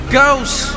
Ghost